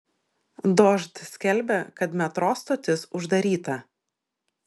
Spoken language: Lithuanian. dožd skelbia kad metro stotis uždaryta